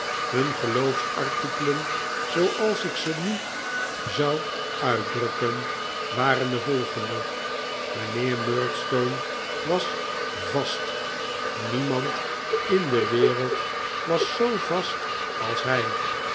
hun geloofsartikelen zooals ik ze nu zou uitdrukken waren de volgende mijnheer murdstone was vast niemand in de wereld was zoo vast als hij